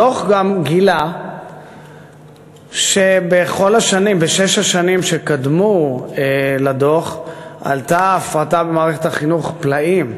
הדוח גם גילה שבשש השנים שקדמו לדוח עלתה ההפרטה במערכת החינוך פלאים,